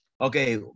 Okay